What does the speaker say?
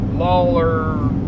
Lawler